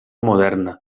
moderna